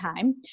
time